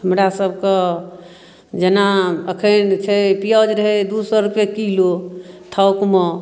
हमरा सबके जेना अखन छै पियाउज रहै दू सए रूपैये किलो थोकमे